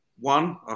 one